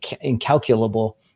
incalculable